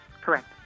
Correct